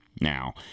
now